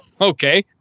Okay